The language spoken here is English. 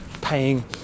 paying